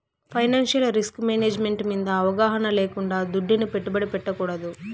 financial risk management మింద అవగాహన లేకుండా దుడ్డుని పెట్టుబడి పెట్టకూడదు